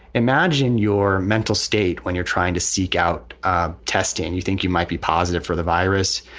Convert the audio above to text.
imagine your mental state when you're trying to seek out ah testing and you think you might be positive for the virus.